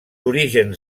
orígens